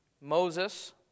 Moses